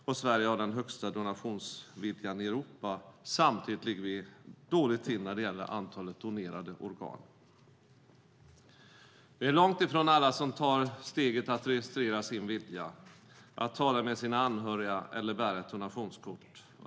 Sverige har den högsta donationsviljan i Europa. Samtidigt ligger vi dåligt till när det gäller antalet donerade organ. Det är långt ifrån alla som tar steget att registrera sin vilja, att tala med sina anhöriga eller bära ett donationskort.